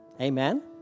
Amen